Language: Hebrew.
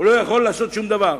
הוא לא יכול לעשות דבר.